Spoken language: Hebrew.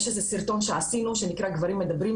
יש איזה סרטון שעשינו שנקרא גברים מדברים,